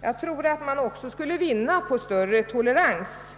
Jag tror också att kyrkan skulle vinna på att visa tolerans.